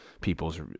people's